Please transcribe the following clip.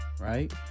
right